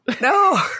No